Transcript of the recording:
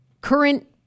current